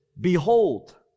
Behold